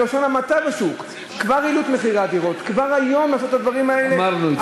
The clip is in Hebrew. נמנע הכנסות מדינה כדי לפתור את משבר הדיור ומצוקת הדיור.